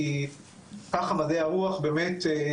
כולל קרנות פילנתרופיות שתומכות בנו לאורך השנים.